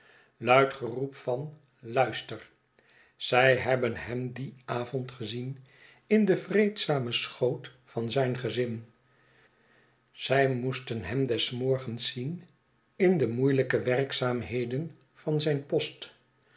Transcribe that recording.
luister zij hebben hem dien avond gezien in den vreedzamen schoot van zijn gezin zij moesten hem des morgens zien in de moeielijke werkzaamheden van zijn post